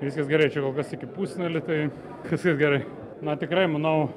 viskas gerai čia kol kas iki pusfinalio tai viskas gerai na tikrai manau